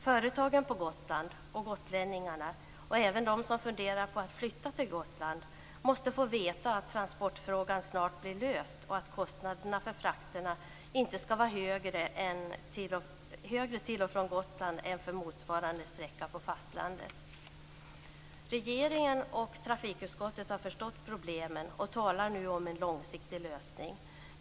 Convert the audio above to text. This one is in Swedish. Företagen på Gotland och gotlänningarna, och även de som funderar på att flytta till Gotland, måste få veta att transportfrågan snart blir löst och att kostnaderna för frakterna inte skall vara högre till och från Gotland än för motsvarande sträcka på fastlandet. Regeringen och trafikutskottet har förstått problemen och talar nu om en långsiktig lösning.